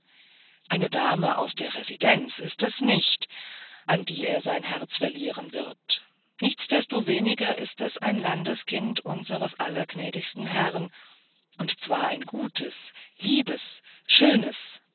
eine dame aus der residenz ist es nicht an die er sein herz verlieren wird nichtsdestoweniger ist es ein landeskind unseres allergnädigsten herrn und zwar ein gutes liebes schönes nun